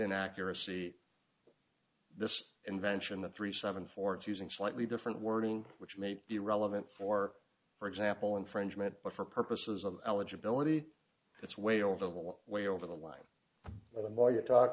and accuracy this invention the three seven four it's using slightly different wording which may be relevant for for example infringement but for purposes of eligibility it's way over one way over the line and the more you talk